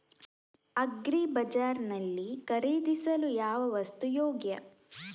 Agri bazaar ನಲ್ಲಿ ಖರೀದಿಸಲು ಯಾವ ವಸ್ತು ಯೋಗ್ಯ?